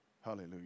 Hallelujah